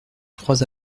trois